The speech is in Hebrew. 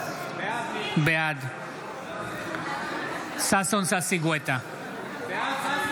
בעד ששון ששי גואטה, בעד טלי